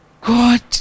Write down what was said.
God